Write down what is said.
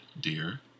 dear